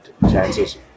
chances